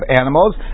animals